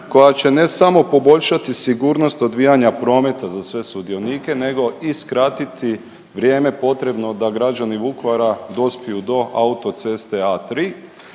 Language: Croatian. koja će, ne samo poboljšati sigurnost odvijanja prometa za sve sudionike, nego i skratiti vrijeme potrebno da građani Vukovara dospiju do autoceste A3,